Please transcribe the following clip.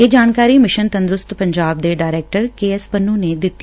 ਇਹ ਜਾਣਕਾਰੀ ਮਿਸ਼ਨ ਤੰਦਰੁਸਤ ਪੰਜਾਬ ਦੇ ਡਾਇਰੈਕਟਰ ਕੇ ਐਸ ਪੰਨੂੰ ਨੇ ਦਿੱਤੀ